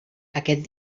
aquest